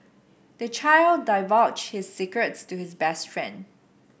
the child divulged his secrets to his best friend